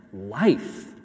life